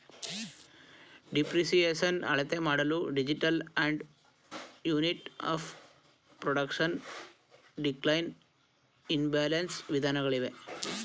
depreciation ಅಳತೆಮಾಡಲು digital and unit of production, decline in balance ವಿಧಾನಗಳಿವೆ